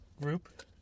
group